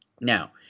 Now